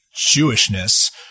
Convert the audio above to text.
Jewishness